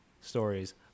stories